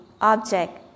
object